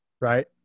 Right